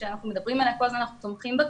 אנחנו כמובן תומכים בה,